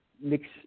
mix